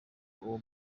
uwo